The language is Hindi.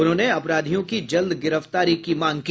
उन्होंने अपराधियों की जल्द गिरफ्तारी की मांग की